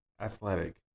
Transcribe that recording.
athletic